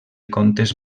contes